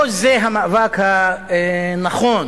לא זה המאבק הנכון.